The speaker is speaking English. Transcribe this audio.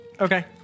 Okay